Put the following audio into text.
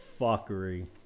fuckery